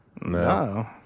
No